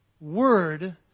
word